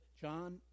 John